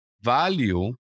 value